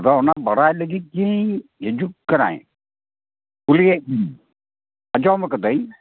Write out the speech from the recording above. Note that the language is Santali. ᱟᱫᱚ ᱚᱱᱟ ᱵᱟᱲᱟᱭ ᱞᱟᱹᱜᱤᱫ ᱜᱤᱧ ᱦᱤᱡᱩᱜ ᱠᱟᱹᱱᱟᱹᱧ ᱠᱩᱞᱤᱭᱮᱫ ᱢᱤᱭᱟᱹᱧ ᱟᱸᱡᱚᱢ ᱟᱠᱟᱫᱟᱹᱧ